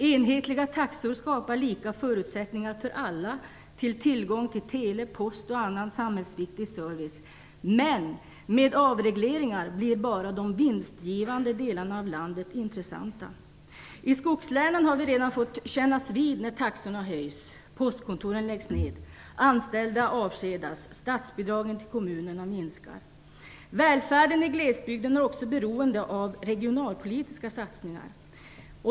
Enhetliga taxor skapar lika förutsättningar för alla, ger tillgång till tele, post och annan samhällsviktig service, men med avregleringar blir bara de vinstgivande delarna av landet intressanta. I skogslänen har vi redan fått kännas vid att taxorna höjs, postkontor läggs ned, anställda avskedas och statsbidragen till kommunerna minskar. Välfärden i glesbygden är också beroende av regionalpolitiska satsningar.